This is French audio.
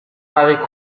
marie